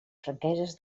franqueses